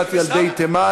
יש פיגוע מסוים,